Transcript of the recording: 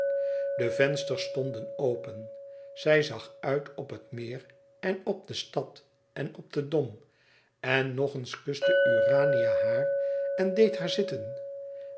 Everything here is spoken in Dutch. stonden open zij zag uit op het meer en op de stad en op den dom en nog eens kuste urania haar en deed haar zitten